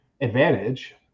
advantage